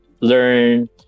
learn